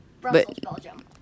Brussels-Belgium